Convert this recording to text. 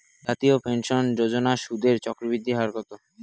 জাতীয় পেনশন যোজনার সুদের চক্রবৃদ্ধি হার কত?